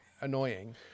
annoying